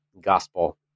gospel